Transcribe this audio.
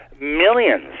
millions